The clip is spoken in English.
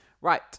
Right